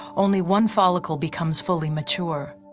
only one follicle becomes fully mature.